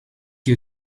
you